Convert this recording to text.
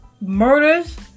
Murders